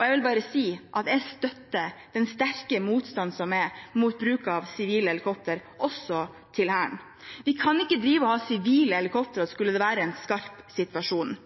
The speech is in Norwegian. Jeg vil bare si at jeg støtter den sterke motstanden som er mot bruk av sivile helikoptre, også til Hæren. Vi kan ikke ha sivile helikoptre om det skulle være en skarp situasjon.